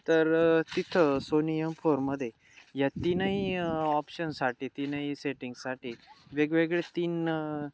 तर तिथं सोनी यम फोरमध्ये या तीनही ऑप्शनसाठी तीनही सेटिंगसाठी वेगवेगळे तीन